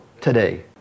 today